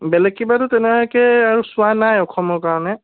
বেলেগ কিবাতো তেনেকুৱাকৈ আৰু চোৱা নাই অসমৰ কাৰণে